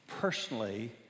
personally